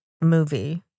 movie